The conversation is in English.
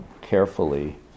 carefully